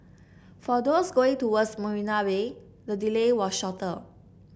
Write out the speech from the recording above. for those going towards Marina Bay the delay was shorter